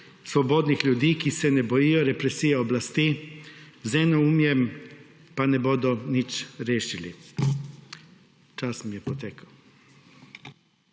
svobodnih ljudi, ki se ne bojijo represije oblasti z enoumjem pa ne bodo nič rešili. Čas mi je potekel.